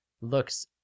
looks